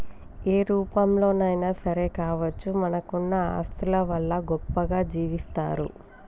ఏ రూపంలోనైనా సరే కావచ్చు మనకున్న ఆస్తుల వల్ల గొప్పగా జీవిస్తరు